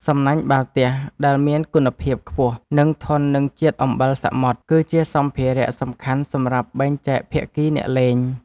សំណាញ់បាល់ទះដែលមានគុណភាពខ្ពស់ និងធន់នឹងជាតិអំបិលសមុទ្រ គឺជាសម្ភារៈសំខាន់សម្រាប់បែងចែកភាគីអ្នកលេង។